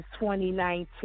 2019